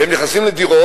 והם נכנסים לדירות.